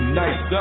nice